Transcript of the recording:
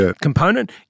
component